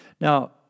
Now